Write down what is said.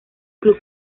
club